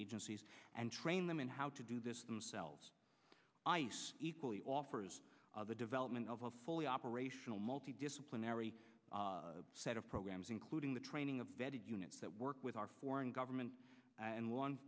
agencies and train them in how to do this themselves ice equally offers the development of a fully operational multi disciplinary set of programs including the training of vetted units that work with our foreign government and one